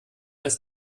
als